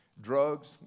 drugs